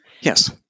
Yes